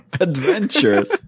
Adventures